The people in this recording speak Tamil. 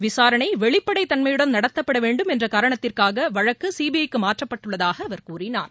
விசாரணை வெளிப்படைத் தன்மையுடன் நடத்தப்பட வேண்டும் என்ற காரணத்திற்காக வழக்கு சிபிஐ க்கு மாற்றப்பட்டுள்ளதாக அவர் கூறினார்